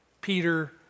Peter